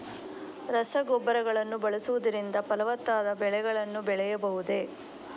ರಸಗೊಬ್ಬರಗಳನ್ನು ಬಳಸುವುದರಿಂದ ಫಲವತ್ತಾದ ಬೆಳೆಗಳನ್ನು ಬೆಳೆಯಬಹುದೇ?